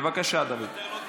בבקשה, דוד.